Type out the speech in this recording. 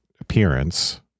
appearance